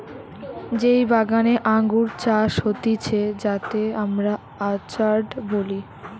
যেই বাগানে আঙ্গুর চাষ হতিছে যাতে আমরা অর্চার্ড বলি